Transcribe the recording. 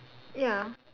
ya